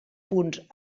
punts